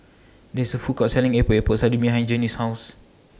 There IS Food Court Selling Epok Epok Sardin behind Journey's House